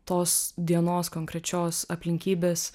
tos dienos konkrečios aplinkybės